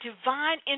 divine